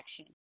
action